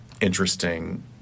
interesting